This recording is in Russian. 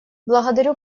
благодарю